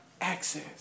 access